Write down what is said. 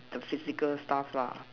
the physical stuff lah